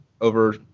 over